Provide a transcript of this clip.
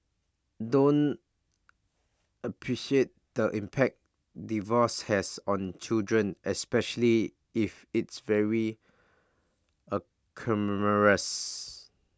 don't appreciate the impact divorce has on children especially if it's very acrimonious